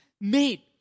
made